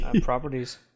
properties